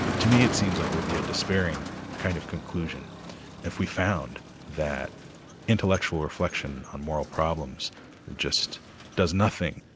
to me it seems like maybe a despairing kind of conclusion if we found that intellectual reflection on moral problems just does nothing.